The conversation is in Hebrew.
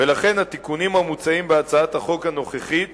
ולכן התיקונים שמוצעים בהצעת החוק הנוכחית